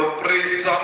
praise